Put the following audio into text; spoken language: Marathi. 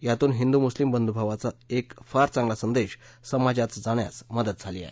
यातून हिंदू मुस्लीम बंधुःभावाचा एक फार चांगला संदेश समाजात जाण्यास मदत झालीय